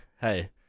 hey